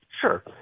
Sure